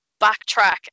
backtrack